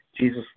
Jesus